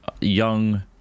young